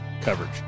coverage